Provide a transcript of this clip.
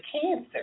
cancer